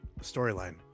storyline